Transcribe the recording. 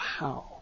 wow